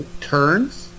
turns